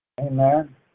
Amen